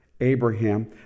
Abraham